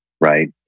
Right